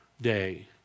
day